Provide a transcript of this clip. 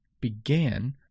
began